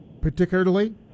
particularly